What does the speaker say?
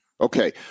Okay